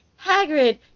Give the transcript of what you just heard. hagrid